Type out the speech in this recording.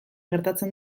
gertatzen